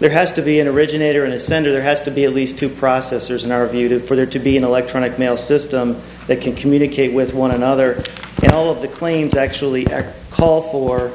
there has to be an originator in the center there has to be at least two processors in our view for there to be an electronic mail system that can communicate with one another and all of the claims actually call for